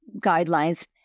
guidelines